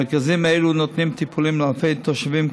במרכזים אלה נותנים טיפולים לאלפי תושבים,